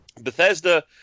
Bethesda